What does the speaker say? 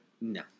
no